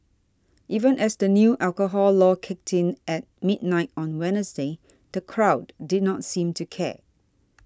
even as the new alcohol law kicked in at midnight on Wednesday the crowd did not seem to care